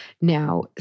Now